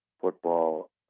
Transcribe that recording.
football